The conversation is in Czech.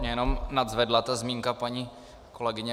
Mě jenom nadzvedla ta zmínka paní kolegyně